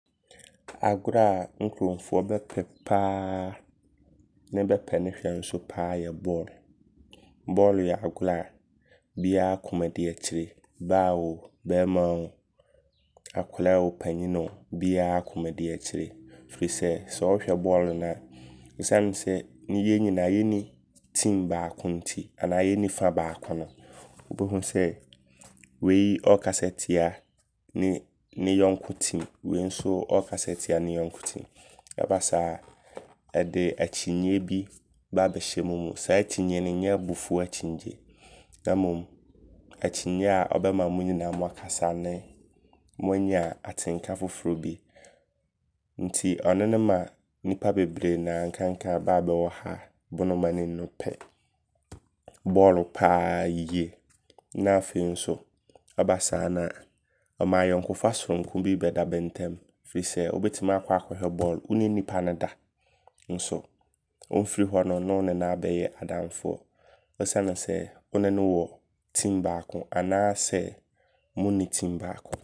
Agorɔ a mkuromfoɔ bɛpɛ ne hwɛ paa yɛ bɔɔlo. Bɔɔlo yɛ agorɔ a biaa akoma di akyire. Baa oo, Bɛɛmaa oo, akoraa oo, panyini oo biaa akoama di akyire. Firi sɛ, sɛ wohwɛ bɔɔlo no a, esiane sɛ yɛ nyinaa yɛnni kuo baako nti anaa yɛnni fa baako no, wobɛhu sɛ wei ɔɔkasa tiane yɔnko team. Ɛbasaa ɛde akyinnye bi ba bɛhyɛ wo mu. Saa akyinnye no nyɛ abufuo akyinnye. Na mmom akyinnye a ɔbɛma mo nyinaa moakasa ne moanya atenka foforɔ. Nti ɔno ne ma nnipa bebree naa njanka baa bɛwɔ ha. Bonomanemu no pɛ bɔɔlo paa yie. Na afei nso ɔba saa na ɔma ayɔnkofa sononko bi da bɛntam. Firi sɛ wobɛtim aakɔ akɔhwɛ bɔɔlo wonnim nnipa no da nso wɔɔfiri hɔ no ne wo no ne wone no abɛyɛ adamfoɔ. Ɔsiane sɛ, wone no wɔ team baako anaa sɛ honni team baako.